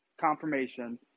confirmation